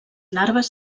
larves